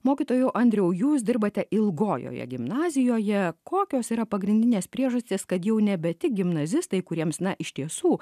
mokytojau andriau jūs dirbate ilgojoje gimnazijoje kokios yra pagrindinės priežastys kad jau nebe tik gimnazistai kuriems na iš tiesų